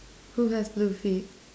who has blue feet